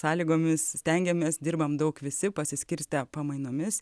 sąlygomis stengiamės dirbam daug visi pasiskirstę pamainomis